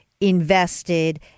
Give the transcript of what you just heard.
invested